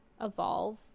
evolve